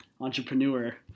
entrepreneur